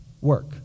work